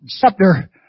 Chapter